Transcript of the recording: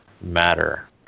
matter